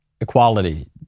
equality